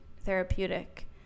therapeutic